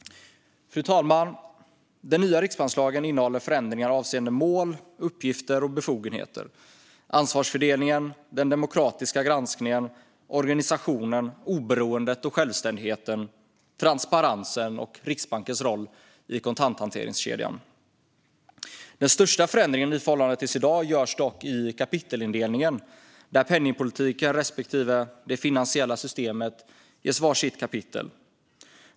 Fru talman! Den nya riksbankslagen innehåller förändringar avseende mål, uppgifter och befogenheter, ansvarsfördelningen, den demokratiska granskningen, organisationen, oberoendet och självständigheten, transparensen och Riksbankens roll i kontanthanteringskedjan. Den största förändringen i förhållande till i dag görs dock i kapitelindelningen, där penningpolitiken respektive det finansiella systemet ges varsitt kapitel.